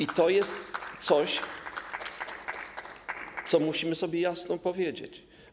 I to jest coś, co musimy sobie jasno powiedzieć.